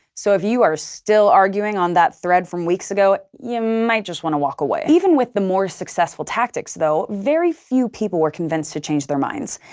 so if you're still arguing on that thread from weeks ago, you might just wanna walk away. even with the more successful tactics, though, very few people were convinced to change their minds.